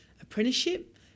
apprenticeship